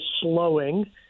slowing